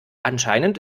anscheinend